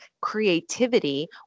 creativity